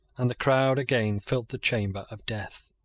and the crowd again filled the chamber of death.